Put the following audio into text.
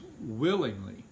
willingly